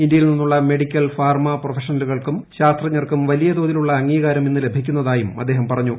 India യിൽ നിന്നുള്ള medical pharma പ്രൊഫഷണലുകൾക്കും ശാസ്ത്രജ്ഞർക്കും വലിയതോതിലുള്ള അംഗീകാരം ഇന്ന് ലഭിക്കുന്ന തായും അദ്ദേഹം പറഞ്ഞു